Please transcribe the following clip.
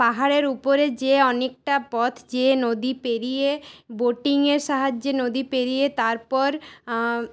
পাহাড়ের উপরে যে অনেকটা পথ চেয়ে নদী পেরিয়ে বোটিংয়ের সাহায্যে নদী পেরিয়ে তারপর